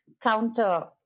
counter-